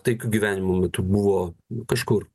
taikiu gyvenimo metu buvo kažkur